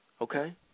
Okay